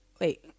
wait